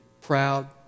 proud